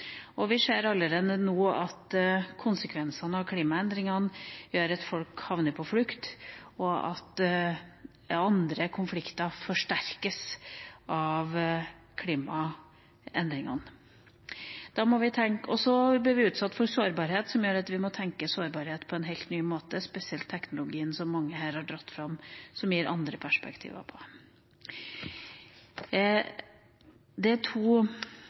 vi hadde tidligere. Vi ser allerede nå at konsekvensene av klimaendringene gjør at folk havner på flukt, og at andre konflikter forsterkes av klimaendringene. Da må vi tenke. Og så blir vi utsatt for sårbarhet som gjør at vi må tenke sårbarhet på en helt ny måte, og spesielt teknologien, som mange her har dratt fram, gir andre perspektiver. Noe er fortsatt som på